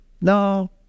No